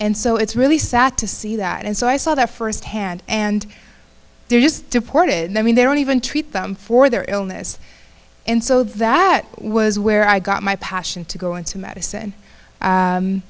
and so it's really sad to see that and so i saw that firsthand and they're just deported i mean their own even treat them for their illness and so that was where i got my passion to go into medicine